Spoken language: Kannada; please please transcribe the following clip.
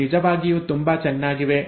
ಅವು ನಿಜವಾಗಿಯೂ ತುಂಬಾ ಚೆನ್ನಾಗಿವೆ